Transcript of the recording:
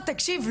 תקשיב,